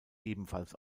ebenfalls